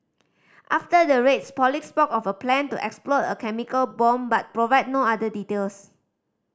after the raids police spoke of a plan to explode a chemical bomb but provided no other details